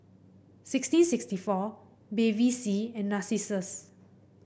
sixteen sixty four Bevy C and Narcissus